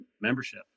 membership